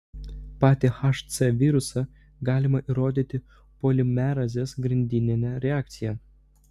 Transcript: patį hc virusą galima įrodyti polimerazės grandinine reakcija